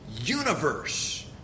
universe